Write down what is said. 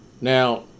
Now